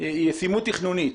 ישימות תכנונית,